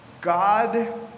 God